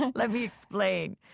and let me explain.